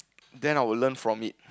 then I will learn from it